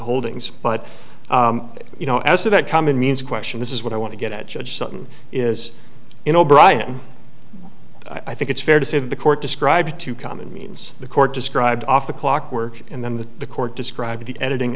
holdings but you know as to that common means question this is what i want to get at judge sutton is you know brian i think it's fair to say that the court described to come in means the court described off the clock work and then the the court described the editing